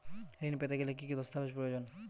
ঋণ পেতে গেলে কি কি দস্তাবেজ প্রয়োজন?